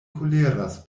koleras